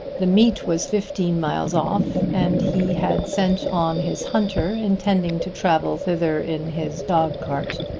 the meet was fifteen miles off and he had sent on his hunter, intending to travel thither in his dog cart.